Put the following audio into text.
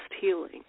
healing